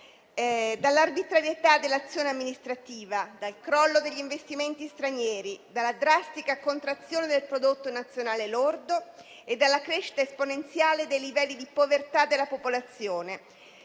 dall'arbitrarietà dell'azione amministrativa, dal crollo degli investimenti stranieri, dalla drastica contrazione del prodotto nazionale lordo e dalla crescita esponenziale dei livelli di povertà della popolazione